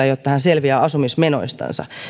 jotta hän selviää asumismenoistansa